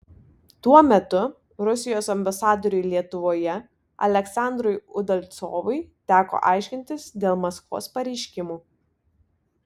tuo metu rusijos ambasadoriui lietuvoje aleksandrui udalcovui teko aiškintis dėl maskvos pareiškimų